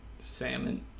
salmon